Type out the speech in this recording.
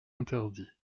interdit